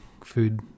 food